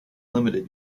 limited